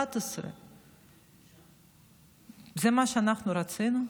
11. זה מה שאנחנו רצינו?